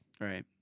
Right